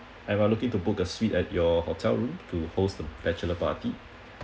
and we're looking to book a suite at your hotel room to host the bachelor party